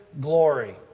glory